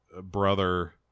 brother